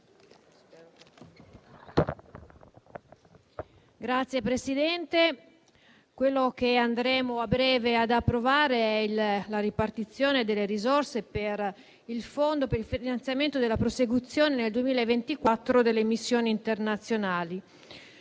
Signor Presidente, quella che andremo a breve ad approvare è la ripartizione delle risorse per il fondo per il finanziamento della prosecuzione nel 2024 delle missioni internazionali.